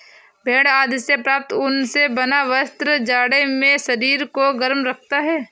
भेड़ आदि से प्राप्त ऊन से बना वस्त्र जाड़े में शरीर को गर्म रखता है